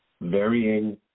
varying